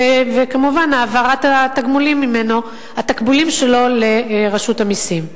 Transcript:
וכמובן העברת התקבולים שלו לרשות המסים.